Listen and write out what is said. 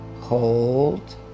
hold